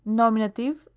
nominative